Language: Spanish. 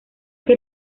que